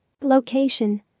Location